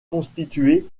constitué